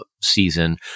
season